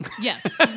Yes